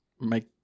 make